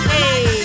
Hey